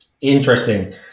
Interesting